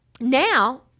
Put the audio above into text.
Now